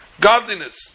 godliness